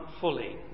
fully